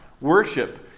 Worship